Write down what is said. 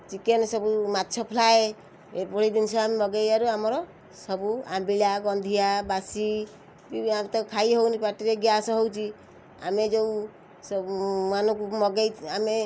chicken ସବୁ ମାଛ fry ଏଭଳି ଜିନଷ ଆମେ ମଗେଇବାରୁ ଆମର ସବୁ ଆମ୍ବିଳା ଗନ୍ଧିଆ ବାସି ବି ଆମେ ତାକୁ ଖାଇ ହଉନି ପାଟିରେ ଗ୍ୟାସ୍ ହଉଛି ଆମେ ଯେଉଁ ସବୁ ମାନକୁ ମଗେଇ ଆମେ